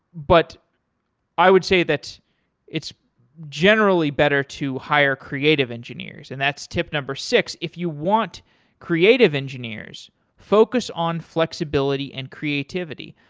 but i would say that's it's generally better to hire creative engineers, and that's tip number six. if you want creative engineers focus on flexibility and creativity.